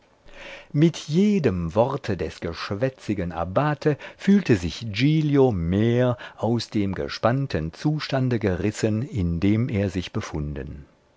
mit jedem worte des geschwätzigen abbate fühlte sich giglio mehr aus dem gespannten zustande gerissen in dem er sich befunden